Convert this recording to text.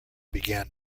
began